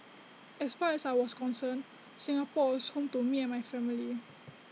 as far as I was concerned Singapore was home to me and my family